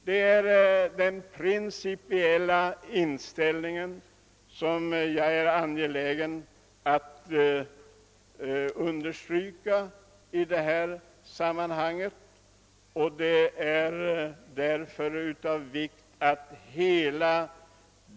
Det är min principiella inställning, och den vill jag här starkt understryka.